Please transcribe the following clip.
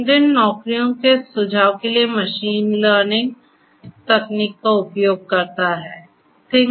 LinkedIn नौकरियों के सुझाव के लिए मशीन लर्निंग तकनीक का उपयोग करता है